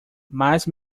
mas